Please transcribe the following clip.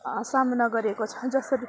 सामना गरेको छ जसरी